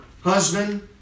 husband